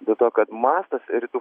dėl to kad mastas rytų